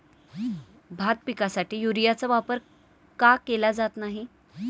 भात पिकासाठी युरियाचा वापर का केला जात नाही?